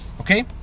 okay